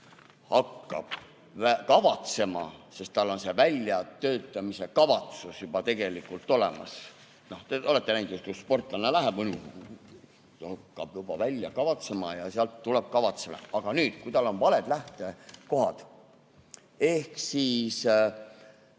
hakkab kavatsema, sest tal on selle väljatöötamisekavatsus juba tegelikult olemas. Te olete näinud, kui sportlane läheb, hakkab juba välja kavatsema ja sealt tuleb kavatsemine. Kui tal on valed lähtekohad, ehk siis